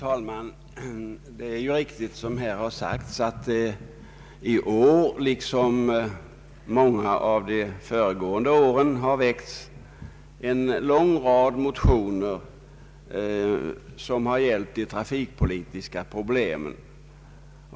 Herr talman! Det är riktigt, såsom anförts, att i år liksom många föregående år har väckts en rad motioner, vilka gällt de trafikpolitiska problemen.